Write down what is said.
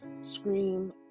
scream